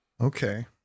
Okay